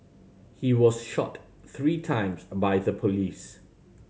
he was shot three times by the police